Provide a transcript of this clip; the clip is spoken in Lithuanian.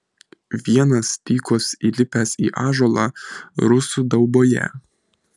vienas tykos įlipęs į ąžuolą rusų dauboje